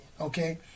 okay